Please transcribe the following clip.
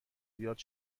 زیاد